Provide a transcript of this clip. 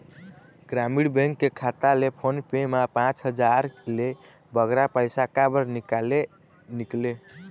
ग्रामीण बैंक के खाता ले फोन पे मा पांच हजार ले बगरा पैसा काबर निकाले निकले?